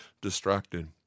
distracted